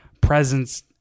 presence